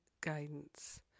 guidance